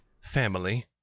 family